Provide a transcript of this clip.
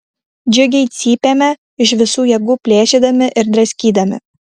džiugiai cypėme iš visų jėgų plėšydami ir draskydami